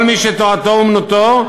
כל מי שתורתו אומנותו,